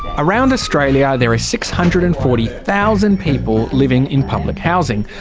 around australia there are six hundred and forty thousand people living in public housing.